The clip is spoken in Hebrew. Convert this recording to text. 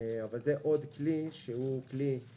זה עוד כלי פיסקלי